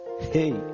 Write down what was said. Hey